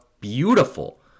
beautiful